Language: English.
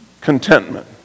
Contentment